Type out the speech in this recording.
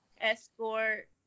Escort